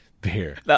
beer